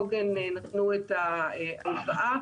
עוגן נתנו את ההלוואה,